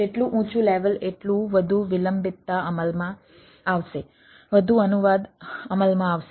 જેટલું ઊંચું લેવલ એટલું વધુ વિલંબિતતા અમલમાં આવશે વધુ અનુવાદ અમલમાં આવશે